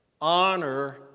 honor